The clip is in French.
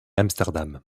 amsterdam